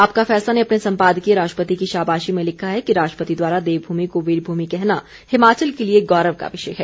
आपका फैसला ने अपने संपादकीय राष्ट्रपति की शाबाशी में लिखा है कि राष्ट्रपति द्वारा देवभूमि को वीर भूमि कहना हिमाचल के लिए गौरव का विषय है